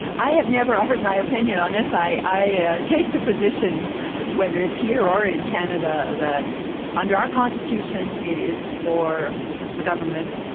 i have never offered my opinion on this. i i take the position whether it's here or in canada, that under our constitution it is for the government,